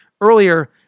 Earlier